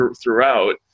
throughout